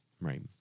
Right